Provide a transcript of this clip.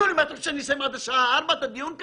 אתם חושבים שאסיים את הדיון עד השעה 16:00 כך?